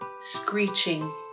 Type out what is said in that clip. Screeching